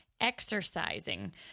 Exercising